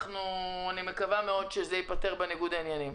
אני מקווה מאוד שזה ייפתר בניגוד העניינים,